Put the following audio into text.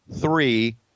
three